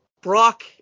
Brock